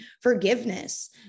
forgiveness